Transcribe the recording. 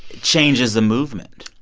changes the movement?